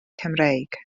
cymreig